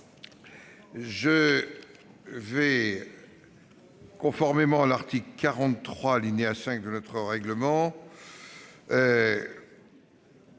décidé. Conformément à l'article 43, alinéa 5, de notre règlement,